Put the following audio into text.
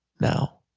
now